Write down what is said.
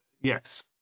yes